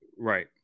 Right